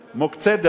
שמוקצית,